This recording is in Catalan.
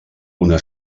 una